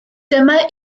dyma